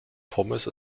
pommes